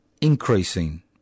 Increasing